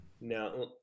Now